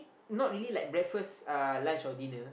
not really like breakfast uh lunch or dinner